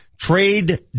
trade